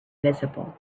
visible